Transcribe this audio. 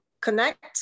connect